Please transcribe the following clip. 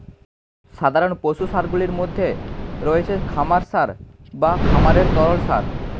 সাধারণ পশু সারগুলির মধ্যে রয়েছে খামার সার বা খামারের তরল সার